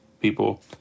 People